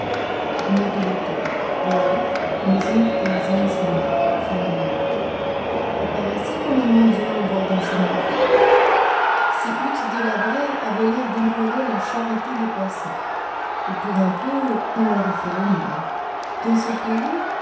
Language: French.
apparaissait comme un mendiant au bord d'un chemin creux ces huttes délabrées avaient l'air d'implorer la charité des passants et pour un peu on leur eût fait l'aumône dans ce pays